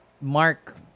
mark